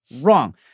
Wrong